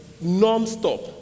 non-stop